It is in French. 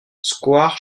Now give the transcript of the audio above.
square